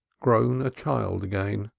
grown a child again.